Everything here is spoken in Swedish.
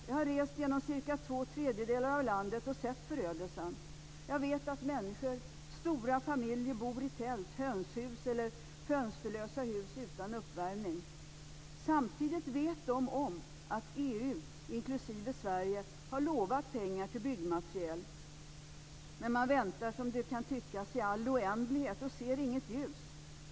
Jag har rest genom cirka två tredjedelar av landet och sett förödelsen. Jag vet att människor, stora familer, bor i tält, hönshus eller fönsterlösa hus utan uppvärmning. Samtidigt vet de om att EU, inklusive Sverige, har lovat pengar till byggmateriel. Men man väntar, som det kan tyckas, i all oändlighet och ser inget ljus.